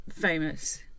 famous